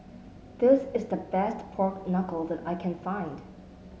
this is the best Pork Knuckle that I can find